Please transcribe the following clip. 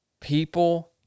people